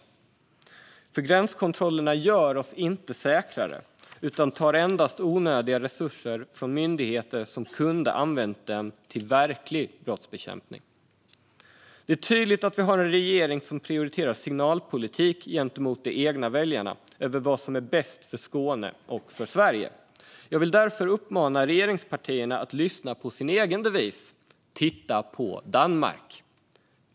Polisfrågor Gränskontrollerna gör oss inte säkrare utan tar endast resurser från myndigheter som kunde ha använt dem till verklig brottsbekämpning. Det är tydligt att vi har en regering som prioriterar signalpolitik gentemot de egna väljarna över vad som är bäst för Skåne och för Sverige. Jag vill därför uppmana regeringspartierna att lyssna på sin egen devis: Titta på Danmark!